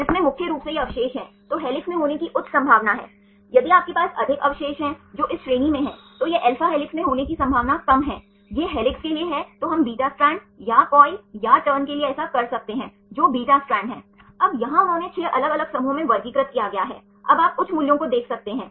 उदाहरण के लिए पेप्टाइड बॉन्ड यदि आपके पास अवशेष 1 और अवशेष 2 हैं तो आप पानी के अणु के उन्मूलन द्वारा कर सकते हैं सही आप पेप्टाइड बॉन्ड बना सकते हैं